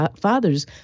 father's